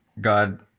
God